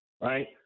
right